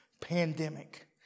pandemic